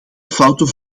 fouten